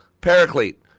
Paraclete